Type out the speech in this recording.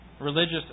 religious